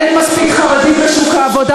אין מספיק חרדים בשוק העבודה,